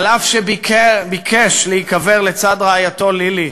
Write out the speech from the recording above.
אף שביקש להיקבר לצד רעייתו לילי,